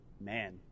man